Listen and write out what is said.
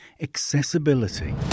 accessibility